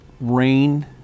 rain